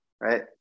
right